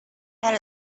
that